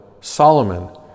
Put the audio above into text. Solomon